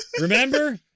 Remember